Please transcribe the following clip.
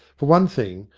for one thing,